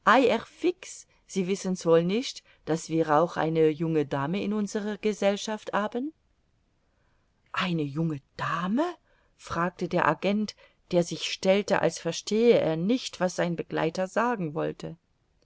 sie wissen's wohl nicht daß wir auch eine junge dame in unserer gesellschaft haben eine junge dame fragte der agent der sich stellte als verstehe er nicht was sein begleiter sagen wollte